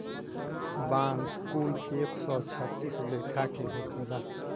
बांस कुल एक सौ छत्तीस लेखा के होखेला